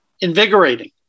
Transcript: invigorating